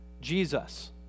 Jesus